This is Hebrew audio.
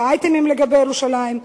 ואייטמים לגבי ירושלים.